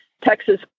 texas